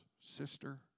sister